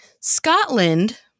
Scotland